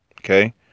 Okay